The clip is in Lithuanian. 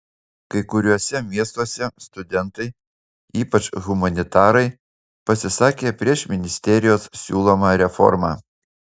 kai kuriuose miestuose studentai ypač humanitarai pasisakė prieš ministerijos siūlomą reformą